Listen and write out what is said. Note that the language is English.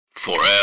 Forever